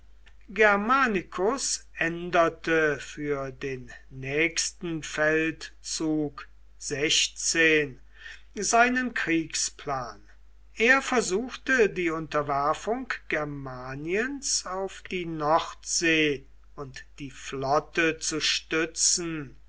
germanicus änderte für den nächsten feldzug seinen kriegsplan er versuchte die unterwerfung germaniens auf die nordsee und die flotte zu stützen